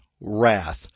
wrath